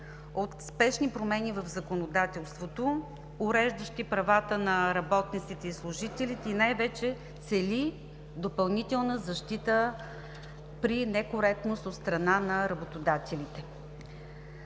от спешни промени в законодателството, уреждащи правата на работниците и служителите, и най-вече цели допълнителна защита при некоректност от страна на работодателите.